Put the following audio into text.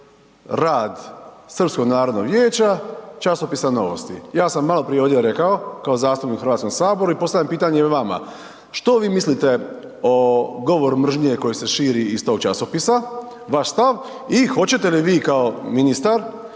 rad Srpskog narodnog vijeća, časopisa „Novosti“. Ja sam maloprije ovdje rekao kao zastupnik u Hrvatskom saboru i postavljam pitanje i vama, što vi mislite o govoru mržnje koji se širi iz tog časopisa, vaš stav i hoćete li vi kao ministar